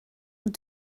ond